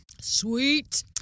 Sweet